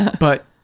but,